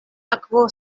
akvo